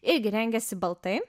irgi rengiasi baltai